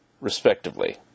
respectively